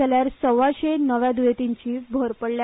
जाल्यार सव्वाशें नव्या दुयेंतींची भर पडल्या